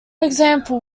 example